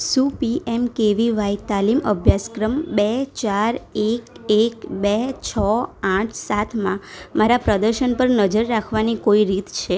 શું P M K V Y તાલીમ અભ્યાસક્રમ બે ચાર એક એક બે છ આઠ સાતમાં મારાં પ્રદર્શન પર નજર રાખવાની કોઈ રીત છે